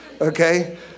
okay